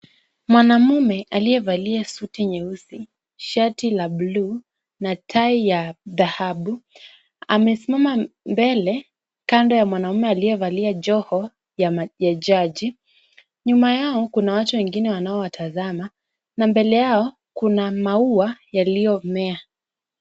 Mwanamme aliyevalia suti nyeusi, shati la blue na tai ya dhahabu amesimama mbele kando ya mwanaume aliyevalia joho ya jaji. Nyuma yao kuna watu wengine wanaowatazama na mbele yao kuna maua yaliyomea.